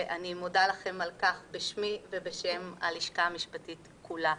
ואני מודה לכם על כך בשמי ובשם הלשכה המשפטית כולה.